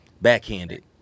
backhanded